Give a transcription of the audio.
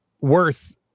worth